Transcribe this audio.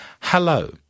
hello